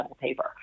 paper